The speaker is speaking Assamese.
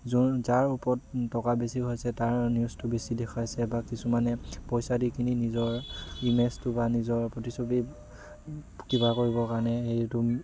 যোন যাৰ ওপৰত টকা বেছি হৈছে তাৰ নিউজটো বেছি দেখাইছে বা কিছুমানে পইচা দি কিনি নিজৰ ইমেজটো বা নিজৰ প্ৰতিচ্ছবি কিবা কৰিবৰ কাৰণে এইটো